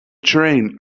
train